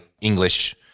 English